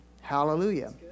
Hallelujah